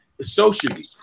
Socially